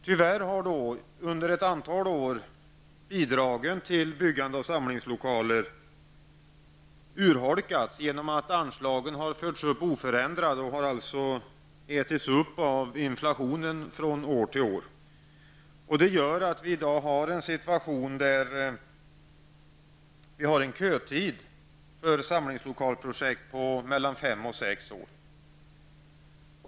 Tyvärr har bidragen till byggande av samlingslokaler under ett antal år urholkats genom att anslagen har förts upp oförändrade och ätits upp av inflationen från år till år. Det gör att vi i dag har en situtation med en kötid för samlingslokalsprojekt på mellan fem och sex år.